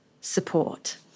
support